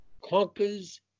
conquers